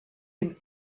him